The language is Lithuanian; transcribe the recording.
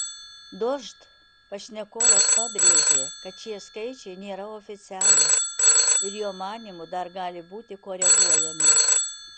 dožd pašnekovas pabrėžė kad šie skaičiai nėra oficialūs ir jo manymu dar gali būti koreguojami